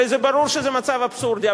הרי ברור שזה מצב אבסורדי.